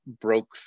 broke